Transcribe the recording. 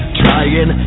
trying